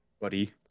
buddy